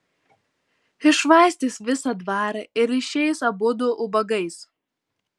iššvaistys visą dvarą ir išeis abudu ubagais